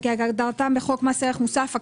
כהגדרתם בחוק מס ערך מוסף,